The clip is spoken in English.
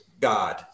God